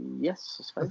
yes